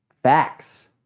facts